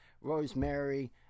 Rosemary